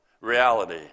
Reality